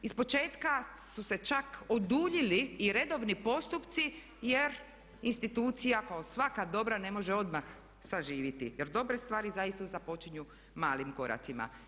Ispočetka su se čak oduljili i redovni postupci jer institucija kao svaka dobra ne može odmah saživiti, jer dobre stvari zaista započinju malim koracima.